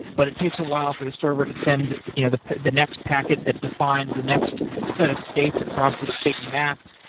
but it takes a while for the server to send you know the the next packet that defines the next set of states across this big map,